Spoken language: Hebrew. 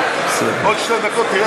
עוד שתי דקות תרד,